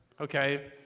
Okay